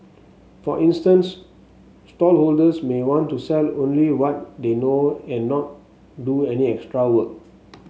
for instance stallholders may want to sell only what they know and not do any extra work